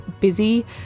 busy